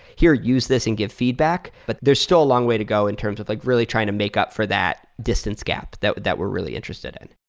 here, use this and give feedback. but there's still a long way to go in terms of like really trying to make up for that distance gap that that we're really interested in.